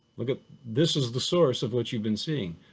like ah this is the source of what you've been seeing.